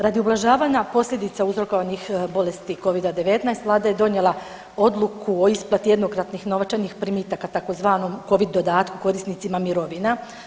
Radi ublažavanja posljedica uzrokovanih bolesti Covida-19 vlada je donijela odluku o isplati jednokratnih novčanih primitaka tzv. Covid dodatku korisnicima mirovina.